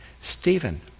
Stephen